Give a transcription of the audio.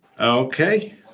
Okay